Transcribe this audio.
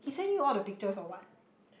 he send you all the pictures or what